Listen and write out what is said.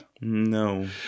No